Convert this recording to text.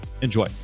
Enjoy